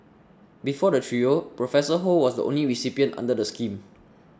before the trio Professor Ho was the only recipient under the scheme